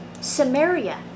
samaria